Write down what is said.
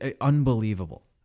Unbelievable